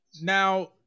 Now